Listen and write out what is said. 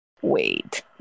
wait